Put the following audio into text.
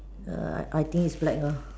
err I I think is black err